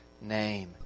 name